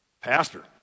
Pastor